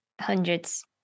hundreds